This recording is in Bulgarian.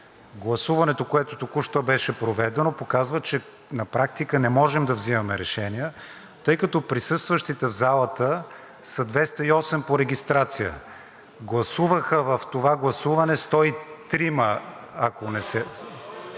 гласуването, което току-що беше проведено, показва, че на практика не можем да взимаме решения, тъй като присъстващите в залата са 208 по регистрация. Гласуваха в това гласуване 103, ако не се